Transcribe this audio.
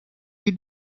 you